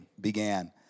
began